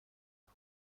فتح